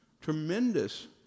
Tremendous